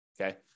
Okay